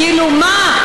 כאילו מה?